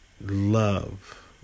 love